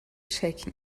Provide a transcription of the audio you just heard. shaken